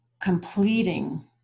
completing